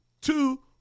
two